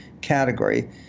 category